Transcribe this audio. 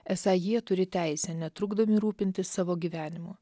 esą jie turi teisę netrukdomi rūpintis savo gyvenimu